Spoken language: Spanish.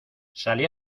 salí